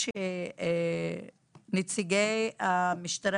נציגת השלטון